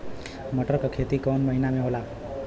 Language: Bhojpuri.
मटर क खेती कवन महिना मे होला?